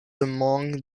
among